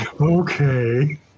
Okay